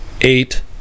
Eight